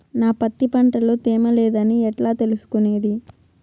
నా పత్తి పంట లో తేమ లేదని ఎట్లా తెలుసుకునేది?